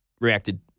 reacted